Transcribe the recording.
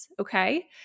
okay